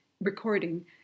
recording